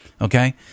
okay